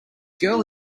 girl